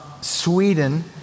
Sweden